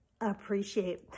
appreciate